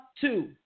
two